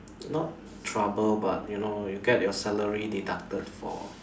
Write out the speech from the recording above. not trouble but you know you get your salary deducted for